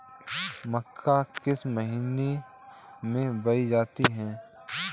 मक्का किस महीने में बोई जाती है?